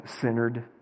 centered